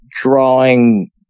drawing